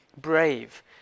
brave